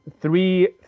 three